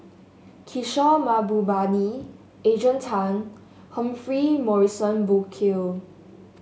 Kishore Mahbubani Adrian Tan Humphrey Morrison Burkill